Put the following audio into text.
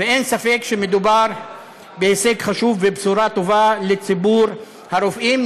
ואין ספק שמדובר בהישג חשוב ובבשורה טובה לציבור הרופאים.